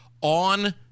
on